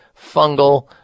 fungal